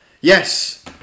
Yes